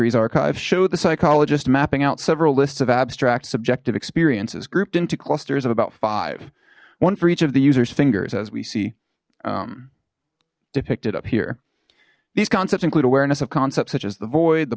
leary's archive showed the psychologist mapping out several lists of abstract subjective experiences grouped into clusters of about five one for each of the users fingers as we see depicted up here these concepts include awareness of concepts such as the void the